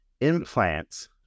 implants